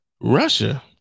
Russia